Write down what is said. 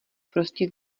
prostě